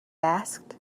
asked